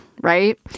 Right